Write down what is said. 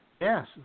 Yes